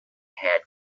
had